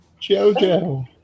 JoJo